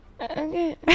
Okay